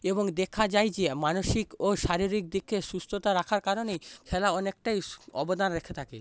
এবং দেখা যায় যে মানসিক ও শারীরিক দিকে সুস্থতা রাখার কারণেই খেলা অনেকটাই অবদান রেখে থাকে